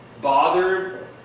bothered